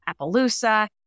Appaloosa